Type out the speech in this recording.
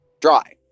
dry